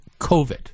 COVID